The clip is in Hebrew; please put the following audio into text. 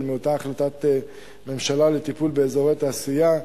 מאותה החלטת ממשלה לטיפול באזורי תעשייה,